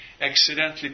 accidentally